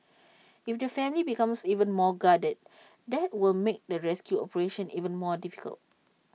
if the family becomes even more guarded that will make the rescue operation even more difficult